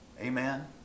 Amen